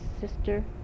Sister